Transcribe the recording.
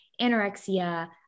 anorexia